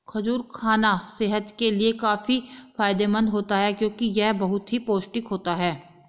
खजूर खाना सेहत के लिए काफी फायदेमंद होता है क्योंकि यह बहुत ही पौष्टिक होता है